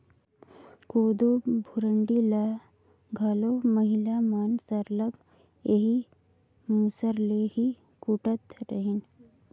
कोदो भुरडी ल घलो महिला मन सरलग एही मूसर ले ही कूटत रहिन